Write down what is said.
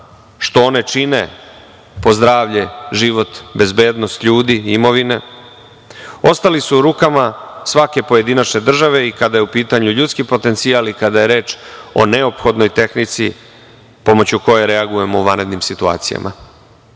što one čine po zdravlje, život, bezbednost ljudi, imovine, ostali su u rukama svake pojedinačne države i kada je u pitanju ljudski potencijal i kada je reč o neophodnoj tehnici pomoću koje reagujemo u vanrednim situacijama. Sa